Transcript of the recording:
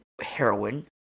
heroin